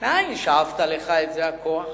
מאין שאבת לך את זה הכוח,